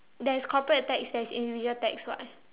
there is corporate tax there is individual tax [what]